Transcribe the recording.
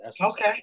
Okay